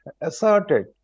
asserted